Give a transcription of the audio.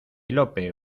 lope